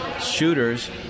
shooters